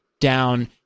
down